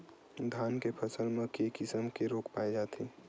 धान के फसल म के किसम के रोग पाय जाथे?